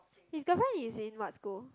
is the one is in what school